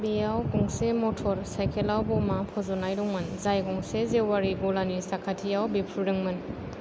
बेयाव गंसे मटर साइखेलआव बमा फज'नाय दंमोन जाय गंसे जेवारि गलानि साखाथियाव बेरफ्रुदोंमोन